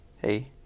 Hey